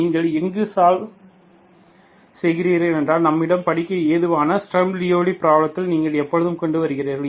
நீங்கள் எங்கு சால்வ் செய்கிறீர்கள் என்றால் நம்மிடம் படிக்க எதுவான ஸ்டர்ம் லூவில்லி பிராப்ளம்மாக நீங்கள் எப்போதும் கொண்டு வருகிறீர்கள்